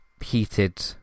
heated